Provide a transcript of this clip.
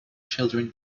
children